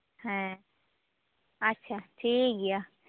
ᱦᱮᱸ ᱟᱪᱪᱷᱟ ᱴᱷᱤᱠᱜᱮᱭᱟ